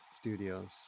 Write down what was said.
Studios